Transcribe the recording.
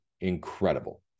incredible